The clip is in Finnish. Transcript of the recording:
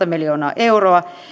miljoonaa euroa